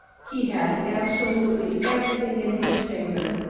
he had absolutely everything in his favor.